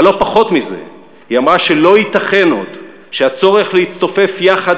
אבל לא פחות מזה היא אמרה שלא ייתכן עוד שהצורך להצטופף יחד